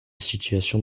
situation